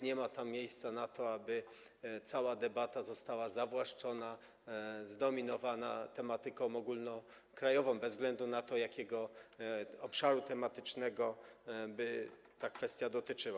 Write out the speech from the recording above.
Nie ma tam miejsca na to, aby cała debata została zawłaszczona, zdominowana tematyką ogólnokrajową, bez względu na to, jakiego obszaru tematycznego ta kwestia by dotyczyła.